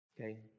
Okay